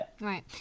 right